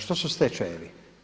Što su stečajevi?